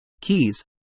keys